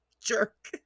jerk